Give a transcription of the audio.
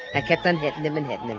i kept on hitting him and hitting him.